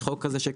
יש חוק שקיים,